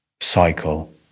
cycle